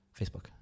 Facebook